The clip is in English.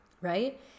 Right